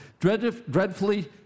dreadfully